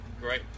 Great